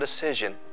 decision